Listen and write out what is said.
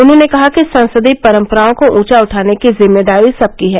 उन्होंने कहा कि संसदीय परंपराओं को ऊंचा उठाने की जिम्मेदारी सबकी है